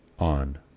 on